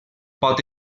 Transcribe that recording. pot